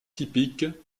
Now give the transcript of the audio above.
typique